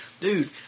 Dude